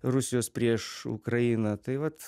rusijos prieš ukrainą tai vat